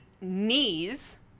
knees